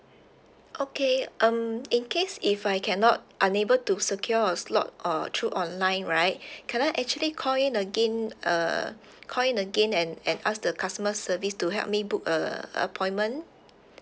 okay um in case if I cannot unable to secure a slot uh through online right can I actually call in again uh call in again and and ask the customer service to help me book a appointment